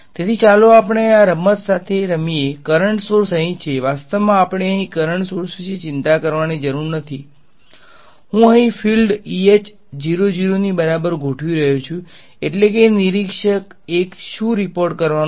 તેથી ચાલો આપણે આ રમત સાથે રમીએ કરંટ સોર્સ અહીં છે વાસ્તવમાં આપણે અહીં કરંટ સોર્સ વિશે ચિંતા કરવાની જરૂર નથી હું અહીં ફિલ્ડ્સ 00 ની બરાબર ગોઠવી રહ્યો છું એટલે કે નિરીક્ષક 1 શુ રીપોર્ટ કરવાનો છે